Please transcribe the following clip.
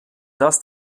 dass